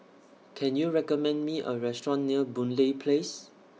Can YOU recommend Me A Restaurant near Boon Lay Place